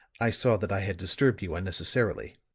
i saw that i had disturbed you unnecessarily.